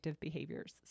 behaviors